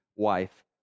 wife